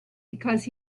because